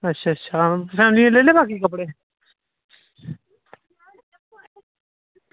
अच्छा अच्छा फैमली दे लेई ले बाकी कपड़े